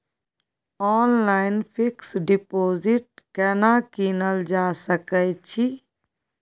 Online fix deposit केना कीनल जा सकै छी?